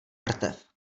mrtev